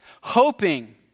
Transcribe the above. hoping